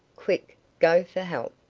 quick go for help.